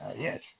Yes